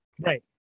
Right